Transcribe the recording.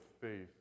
faith